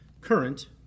current